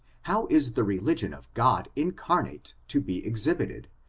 how is the religion of god incarnate to be exhibited,